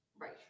right